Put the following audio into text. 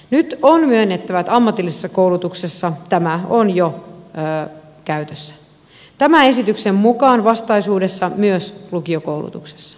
nyt on myönnettävä että ammatillisessa koulutuksessa tämä on jo käytössä tämän esityksen mukaan vastaisuudessa myös lukiokoulutuksessa